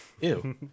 Ew